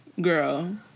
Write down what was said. Girl